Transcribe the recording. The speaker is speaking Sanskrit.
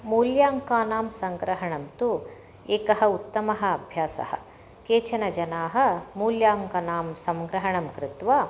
मूल्याङ्कानां सङ्ग्रहणं तु एकः उत्तमः अभ्यासः केचन जनाः मूल्याङ्कानां सङ्ग्रहणं कृत्वा